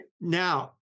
Now